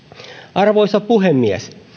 arvoisa puhemies